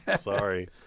Sorry